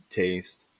taste